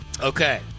Okay